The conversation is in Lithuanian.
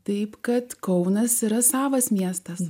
taip kad kaunas yra savas miestas